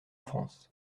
france